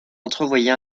entrevoyait